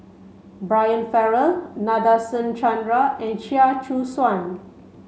Brian Farrell Nadasen Chandra and Chia Choo Suan